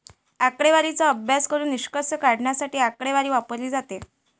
आकडेवारीचा अभ्यास करून निष्कर्ष काढण्यासाठी आकडेवारी वापरली जाते